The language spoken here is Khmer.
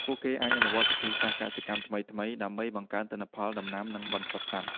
ពួកគេអាចអនុវត្តវិធីសាស្រ្តកសិកម្មថ្មីៗដើម្បីបង្កើនទិន្នផលដំណាំនិងបសុសត្វ។